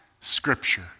Scripture